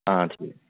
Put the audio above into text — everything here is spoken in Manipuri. ꯑꯥ ꯑꯁꯤ